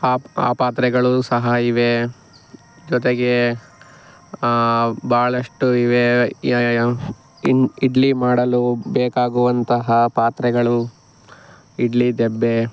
ಆ ಆ ಪಾತ್ರೆಗಳು ಸಹ ಇವೆ ಜೊತೆಗೆ ಬಹಳಷ್ಟು ಇವೆ ಯ ಇನ್ನು ಇಡ್ಲಿ ಮಾಡಲು ಬೇಕಾಗುವಂತಹ ಪಾತ್ರೆಗಳು ಇಡ್ಲಿ ಡಬ್ಬಿ